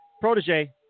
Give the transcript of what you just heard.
Protege